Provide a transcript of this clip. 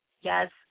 yes